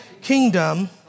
kingdom